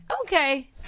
Okay